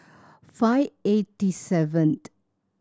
five eighty seventh